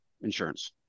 insurance